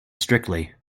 strictly